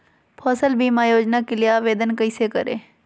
फसल बीमा योजना के लिए आवेदन कैसे करें?